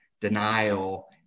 denial